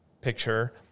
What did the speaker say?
picture